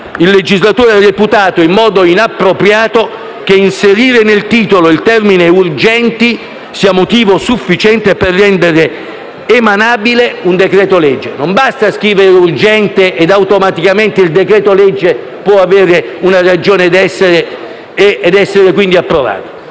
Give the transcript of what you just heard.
il legislatore ha reputato, in modo inappropriato, che inserire nel titolo il termine «urgenti» sia motivo sufficiente per rendere emanabile un decreto-legge: non basta scrivere «urgente» perché automaticamente un decreto-legge abbia una ragione d'essere e possa essere approvato.